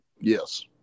Yes